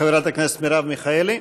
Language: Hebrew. חברת הכנסת מרב מיכאלי.